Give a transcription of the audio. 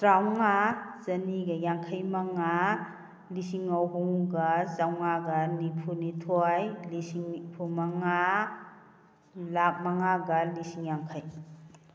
ꯇꯔꯥ ꯃꯉꯥ ꯆꯅꯤꯒ ꯌꯥꯡꯈꯩ ꯃꯉꯥ ꯂꯤꯁꯤꯡ ꯑꯍꯨꯝꯒ ꯆꯥꯝꯃꯉꯥꯒ ꯅꯤꯐꯨ ꯅꯤꯊꯣꯏ ꯂꯤꯁꯤꯡ ꯅꯤꯐꯨ ꯃꯉꯥ ꯂꯥꯛ ꯃꯉꯥꯒ ꯂꯤꯁꯤꯡ ꯌꯥꯡꯈꯩ